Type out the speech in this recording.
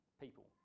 people